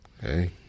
Hey